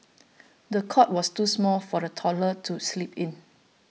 the cot was too small for the toddler to sleep in